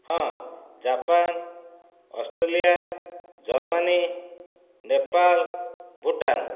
ହଁ Japan Australia Germany Nepal Bhutan